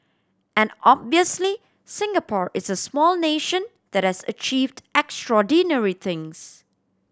and obviously Singapore is a small nation that has achieved extraordinary things